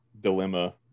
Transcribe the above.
dilemma